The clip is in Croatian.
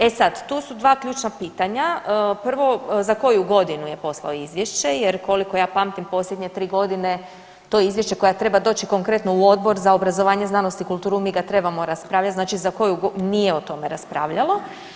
E sad tu su 2 ključna pitanja, prvo za koju godinu je poslao izvješće jer koliko ja pamtim posljednje 3 godine to izvješće koje treba doći konkretno u Odbor za obrazovanje, znanost i kulturu, mi ga trebamo raspravljamo znači za koju, nije o tome raspravljalo.